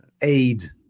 aid